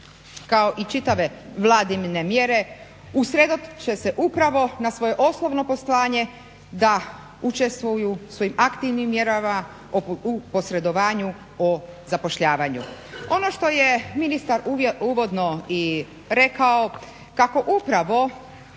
kao i čitave Vladine mjere usredotoče se upravo na svoje osnovno poslanje da učestvuju svojim aktivnim mjerama u posredovanju o zapošljavanju. Ono što je ministar uvodno i rekao kako upravo